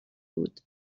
بود